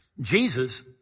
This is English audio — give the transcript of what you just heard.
Jesus